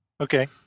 Okay